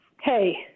Hey